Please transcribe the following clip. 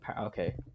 okay